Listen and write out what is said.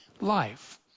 life